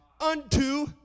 unto